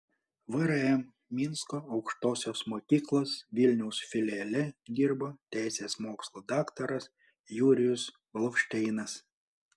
vrm minsko aukštosios mokyklos vilniaus filiale dirbo teisės mokslų daktaras jurijus bluvšteinas